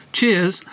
Cheers